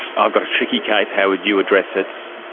i've got a tricky case, how would you address it?